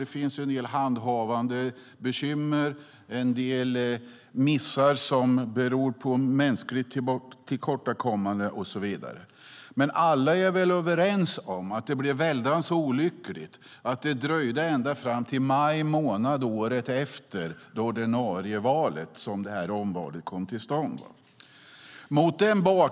Den finns en del handhavandebekymmer, en del missar som beror på mänskligt tillkortakommande och så vidare. Men alla är väl överens om att det var väldans olyckligt att det dröjde ända fram till maj månad året efter det ordinarie valet innan omvalet kom till stånd.